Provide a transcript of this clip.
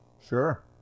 Sure